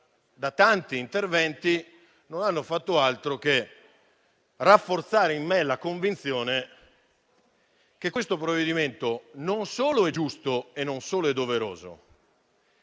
in tanti interventi non abbiano fatto altro che rafforzare in me la convinzione che questo provvedimento non solo è giusto e non solo è doveroso,